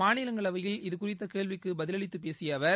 மாநிலங்களைவயில் இது குறித்த கேள்விக்கும் பதிலளித்து பேசிய அவர்